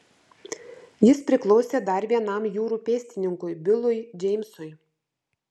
jis priklausė dar vienam jūrų pėstininkui bilui džeimsui